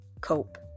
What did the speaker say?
cope